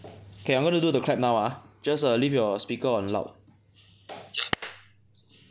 okay I'm gonna do the clap now ah just err leave your speaker on loud